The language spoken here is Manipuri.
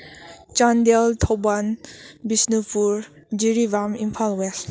ꯆꯥꯟꯗꯦꯜ ꯊꯧꯕꯥꯜ ꯕꯤꯁꯅꯨꯄꯨꯔ ꯖꯤꯔꯤꯕꯥꯝ ꯏꯝꯐꯥꯜ ꯋꯦꯁ